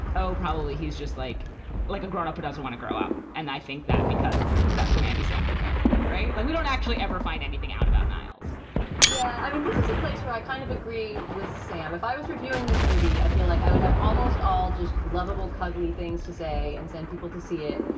oh, probably. he's just like like a grownup who doesn't want to grow up. and i think that because that's an andy samberg character. right. like we don't actually ever find anything out about niall's yeah. i mean, this is a place where i kind of agree with sam. if i was reviewing this movie, i feel like i would have almost all just lovable, cuddly things to say and send people to see it.